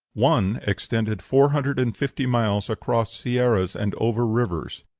one extended four hundred and fifty miles across sierras and over rivers.